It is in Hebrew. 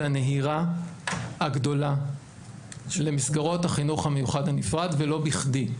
זה הנהירה הגדולה של המסגרות החינוך המיוחד הנפרד ולא בכדי.